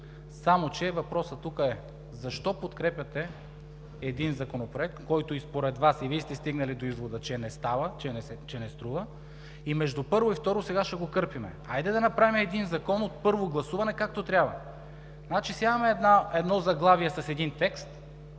само че въпросът тук е: защо подкрепяте един Законопроект, който и според Вас, и Вие сте стигнали до извода, че не става, че не струва, и между първо и второ сега ще го кърпим? Хайде да направим един Закон за първо гласуване както трябва! Значи слагаме едно заглавие с един текст,